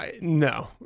no